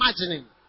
imagining